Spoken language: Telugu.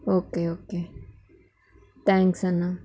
ఓకే ఓకే థ్యాంక్స్ అన్న